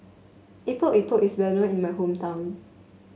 Epok Epok is well known in my hometown